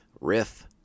Riff